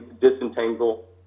disentangle